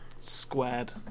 squared